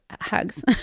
hugs